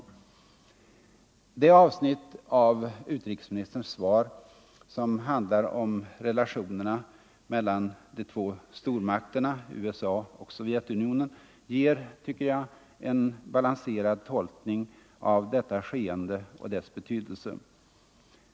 Det avsnitt av utrikesministerns svar som handlar om relationerna mellan de två stormakterna USA och Sovjetunionen ger, tycker jag, en balanserad tolkning av detta skeende och dess betydelse.